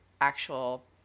actual